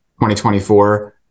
2024